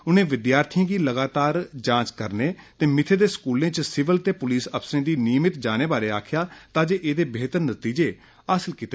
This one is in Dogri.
उनें विद्यार्थियें दी लगातार जांच करने ते मित्थे दे स्कूलें च सीविल ते पुलिस अफसरें गी नियमिट जाने बारै आक्खेआ तां जे एह्दे बेह्तर नतीजे हासल होन